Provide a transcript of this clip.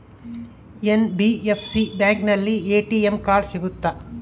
NBFC ಬ್ಯಾಂಕಿನಲ್ಲಿ ATM card ಸಿಗುತ್ತಾ?